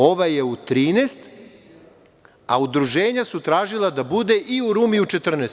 Ovaj je u 13, a udruženja su tražila da bude i u Rumu u 14.